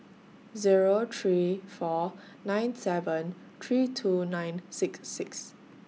Zero three four nine seven three two nine six six